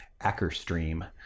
Ackerstream